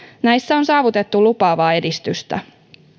näissä on saavutettu lupaavaa edistystä